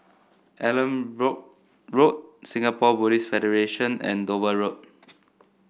Allanbrooke Road Singapore Buddhist Federation and Dover Road